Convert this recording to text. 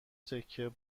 تکه